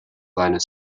liner